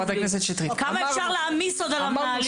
כמה עוד אפשר להעמיס על המנהלים?